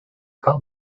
called